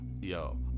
Yo